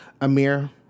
Amir